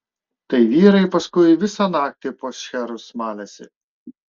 tai vyrai paskui visą naktį po šcherus malėsi